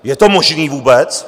Je to možné vůbec?